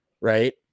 right